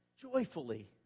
joyfully